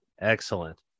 Excellent